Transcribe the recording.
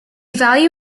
value